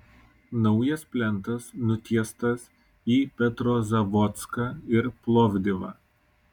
naujas plentas nutiestas į petrozavodską ir plovdivą